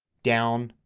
down,